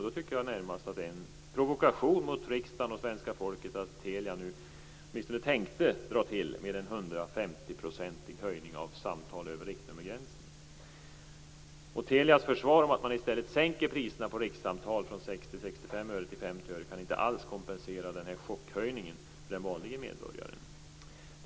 Då tycker jag närmast att det är en provokation mot riksdagen och svenska folket att Telia åtminstone tänkte dra till med en höjning på Telias försvar att man i stället sänker priserna på rikssamtal från 60-65 öre till 50 öre kan inte alls kompensera den här chockhöjningen för den vanlige medborgaren.